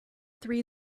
three